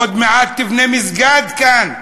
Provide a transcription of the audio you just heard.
עוד מעט תבנה מסגד כאן,